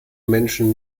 menschen